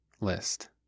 list